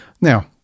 Now